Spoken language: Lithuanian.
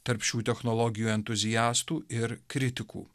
tarp šių technologijų entuziastų ir kritikų